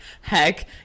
heck